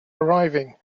arriving